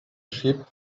sheep